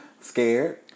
Scared